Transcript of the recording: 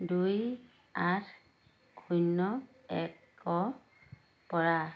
দুই আঠ শূন্য একৰ পৰা